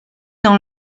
dans